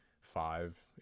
five